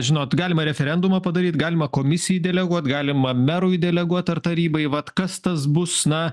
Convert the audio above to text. žinot galimą referendumą padaryt galima komisijai deleguot galima merui deleguot ar tarybai vat kas tas bus na